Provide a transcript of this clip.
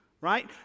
Right